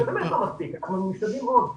זה באמת לא מספיק אבל אנחנו משתדלים מאוד.